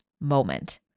moment